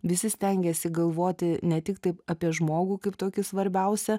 visi stengiasi galvoti ne tik taip apie žmogų kaip tokį svarbiausią